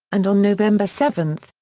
and on november seven,